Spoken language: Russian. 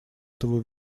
этого